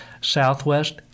Southwest